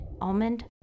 almond